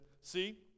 See